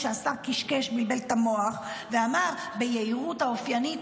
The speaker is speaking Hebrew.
כשהשר קשקש ובלבל את המוח ואמר ביהירות האופיינית